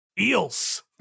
eels